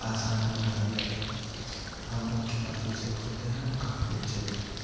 आसान बना दिया था हम उनकी काफ़ी इज्ज़त करते हैं वह काफ़ी अच्छे व्यक्ति हैं